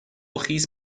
خیس